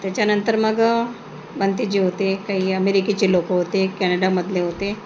त्याच्यानंतर मग मनतेजी होते काही अमेरिकेचे लोक होते कॅनडामधले होते